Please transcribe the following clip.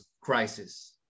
crisis